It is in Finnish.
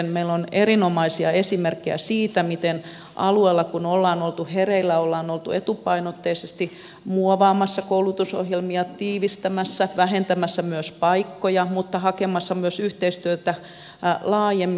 meillä on erinomaisia esimerkkejä siitä miten kun alueella ollaan oltu hereillä ollaan oltu etupainotteisesti muovaamassa koulutusohjelmia tiivistämässä vähentämässä myös paikkoja mutta hakemassa myös yhteistyötä laajemmin